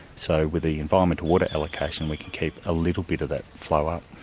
so with the environmental water allocation we can keep a little bit of that flow up.